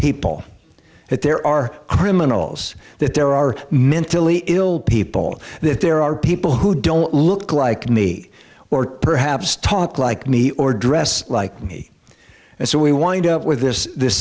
people that there are criminals that there are mentally ill people that there are people who don't look like me or perhaps talk like me or dress like me and so we wind up with this this